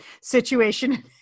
situation